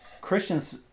Christians